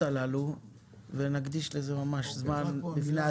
הללו ונקדיש לזה ממש זמן בפני עצמו.